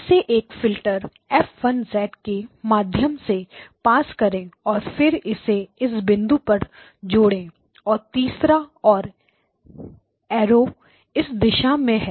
इसे एक filter F1 के माध्यम से पास करें और फिर इसे इस बिंदु पर जोड़ें और तीसरा और एरोस इस दिशा में हैं